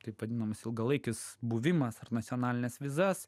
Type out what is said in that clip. taip vadinamas ilgalaikis buvimas ar nacionalines vizas